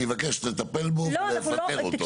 אני מבקש לטפל בו ולפטר אותו.